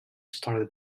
started